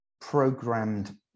programmed